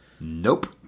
Nope